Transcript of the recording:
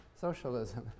socialism